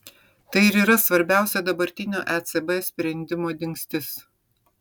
tai ir yra svarbiausia dabartinio ecb sprendimo dingstis